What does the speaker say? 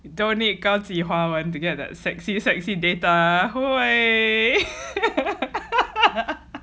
you don't need 高级华文 to get the sexy sexy data